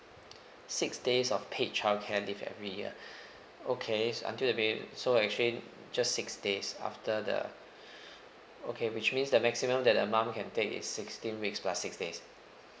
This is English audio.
six days of paid childcare leave every year okay until the baby so actually just six days after the okay which means the maximum that a mum can take is sixteen weeks plus six days